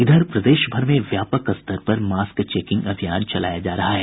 इधर प्रदेश भर में व्यापक स्तर पर मास्क चेकिंग अभियान चलाया जा रहा है